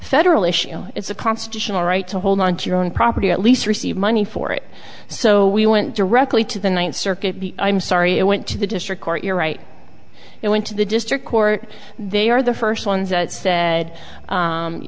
federal issue it's a constitutional right to hold on to your own property or at least receive money for it so we went directly to the ninth circuit i'm sorry it went to the district court you're right it went to the district court they are the first ones that said